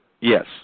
Yes